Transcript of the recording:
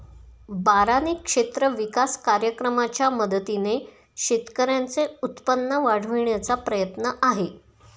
बारानी क्षेत्र विकास कार्यक्रमाच्या मदतीने शेतकऱ्यांचे उत्पन्न वाढविण्याचा प्रयत्न आहे